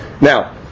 Now